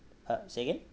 uh say again